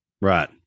Right